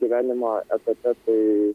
gyvenimo etape tai